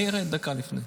אני ארד דקה לפני.